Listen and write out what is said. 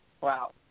Wow